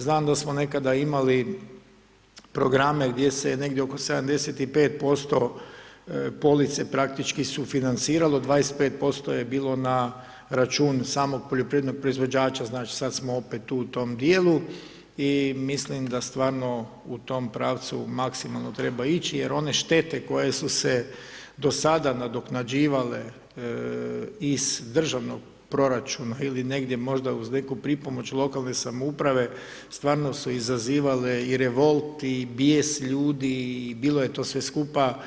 Znam da smo nekada imali programe gdje se je negdje oko 75% police praktički sufinanciralo, 25% je bilo na račun samog poljoprivrednog proizvođača, znači sad smo opet tu u tom dijelu i mislim da stvarno u tom pravcu maksimalno treba ići jer one štete koje su se do sada nadoknađivale iz državnog proračuna ili negdje možda uz neku pripomoć lokalne samouprave stvarno su izazivale i revolt i bijes ljudi i bilo je to sve skupa